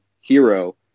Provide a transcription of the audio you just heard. hero